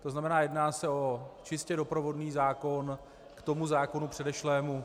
To znamená, jedná se o čistě doprovodný zákon k tomu zákonu předešlému.